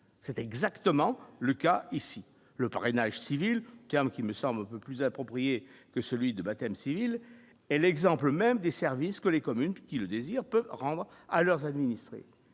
c'est exactement le cas ici le parrainage civil qui me semble un peu plus approprié que celui de baptême civil est l'exemple même des services que les communes qui le désire peut rendre à leurs administrés,